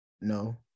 No